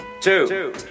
Two